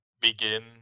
begin